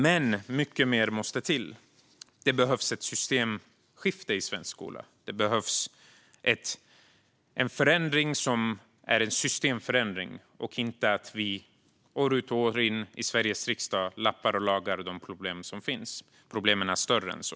Men mycket mer måste till. Det behövs ett systemskifte i svensk skola. Det behövs en förändring som är en systemförändring och inte att vi år ut och år in i Sveriges riksdag lappar och lagar för att hantera de problem som finns. Problemen är större än så.